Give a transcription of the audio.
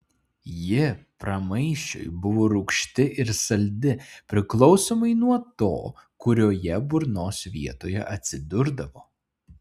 ji pramaišiui buvo rūgšti ir saldi priklausomai nuo to kurioje burnos vietoje atsidurdavo